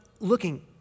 Looking